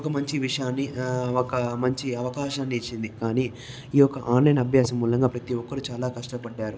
ఒక మంచి విషయాన్ని ఒక మంచి అవకాశాన్ని ఇచ్చింది కానీ ఈ యొక్క ఆన్లైన్ అభ్యాసం మూలంగా ప్రతి ఒక్కరు చాలా కష్టపడ్డారు